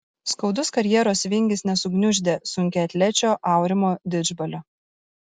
skaudus karjeros vingis nesugniuždė sunkiaatlečio aurimo didžbalio